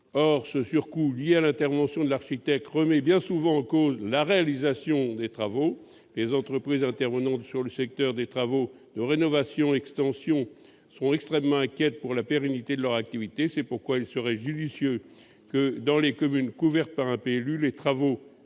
Ce surcoût lié à l'intervention de l'architecte remet bien souvent en cause la réalisation des travaux. Les entreprises intervenant sur le secteur des travaux de rénovation/extension sont extrêmement inquiètes pour la pérennité de leur activité. C'est pourquoi il serait judicieux que, dans les communes couvertes par un PLU, les travaux